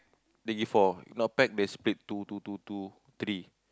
they give four if not pack they split two two two two three